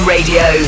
Radio